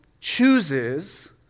chooses